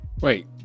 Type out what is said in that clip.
Wait